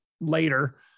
later